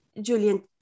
Julian